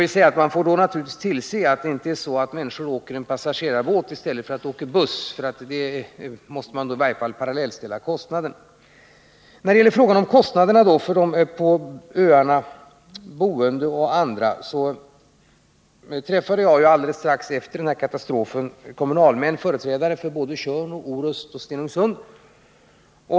Vi får då naturligtvis tillse att inte människorna åker passagerarbåt i stället för att åka buss. Kostnaderna måste i så fall parallellställas. När det gäller kostnaderna för de på öarna boende och andra vill jag säga följande. Strax efter denna katastrof träffade jag kommunala företrädare för Orust, Tjörn och Stenungsund.